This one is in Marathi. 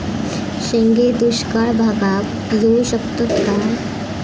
शेंगे दुष्काळ भागाक येऊ शकतत काय?